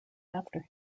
after